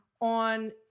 on